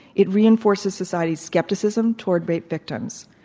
it reinforces society's skepticism toward rape victims.